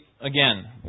again